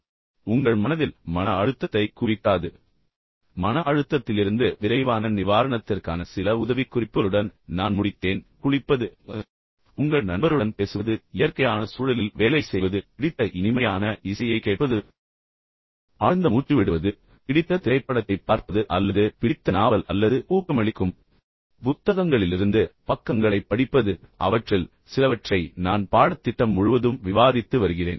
அல்லது உங்கள் மனதில் மன அழுத்தத்தைக் குவிக்காது இப்போது மன அழுத்தத்திலிருந்து விரைவான நிவாரணத்திற்கான சில எளிய உதவிக்குறிப்புகளுடன் நான் முடித்தேன் குளிர்ந்த அல்லது சூடான குளியலை எடுத்துக்கொள்வது உங்கள் நண்பருடன் பேசுவது இயற்கையான சூழலில் வேலை செய்வது பிடித்த இனிமையான இசையைக் கேட்பது ஆழ்ந்த மூச்சு விடுவது பிடித்த திரைப்படத்தைப் பார்ப்பது அல்லது பிடித்த நாவல் அல்லது ஊக்கமளிக்கும் புத்தகங்களிலிருந்து கொடுக்கப்பட்ட பக்கங்களை படிப்பது அவற்றில் சிலவற்றை நான் பாடத்திட்டம் முழுவதும் விவாதித்து வருகிறேன்